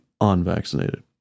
unvaccinated